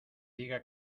diga